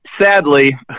sadly